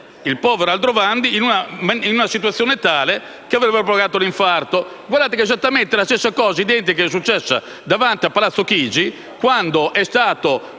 il povero Aldrovandi, in una situazione tale che gli avrebbe procurato l'infarto. Guardate che è esattamente la stessa identica cosa che è accaduta davanti a Palazzo Chigi, quando è stato